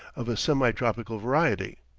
of a semi-tropical variety.